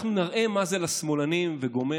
אנחנו נראה מה זה לשמאלנים וגו',